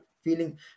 Feeling